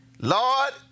Lord